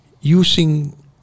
using